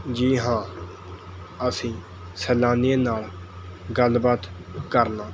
ਜੀ ਹਾਂ ਅਸੀਂ ਸੈਲਾਨੀਆਂ ਨਾਲ਼ ਗੱਲਬਾਤ ਕਰਨਾ